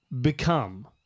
become